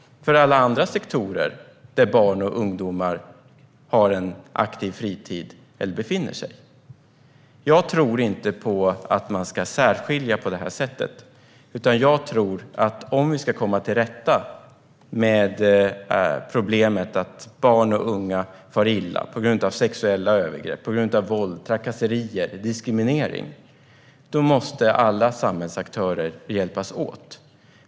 För alla andra sektorer där barn och ungdomar har en aktiv fritid eller befinner sig? Jag tror inte på att särskilja på det här sättet. Jag tror att om vi ska komma till rätta med problemet att barn och unga far illa på grund av sexuella övergrepp, våld, trakasserier och diskriminering måste alla samhällsaktörer hjälpas åt.